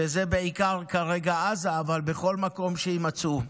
כרגע זה בעיקר עזה, אבל בכל מקום שבו יימצאו.